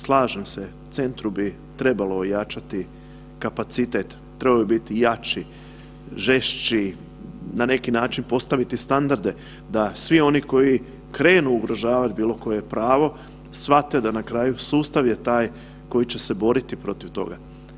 Slažem se, Centru bi trebalo ojačati kapacitet, trebao bi biti jači, žešći, na neki način postaviti standarde, da svi oni koji krenu ugrožavati bilo koje pravo, shvate da na kraju sustav je taj koji će se boriti protiv toga.